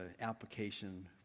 application